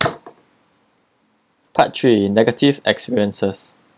part three negative experiences